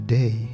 day